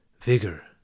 vigor